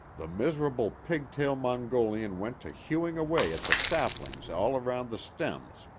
the miserable pigtail mongolian went to hewing away at the saplings all round the stems,